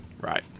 Right